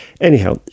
Anyhow